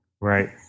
Right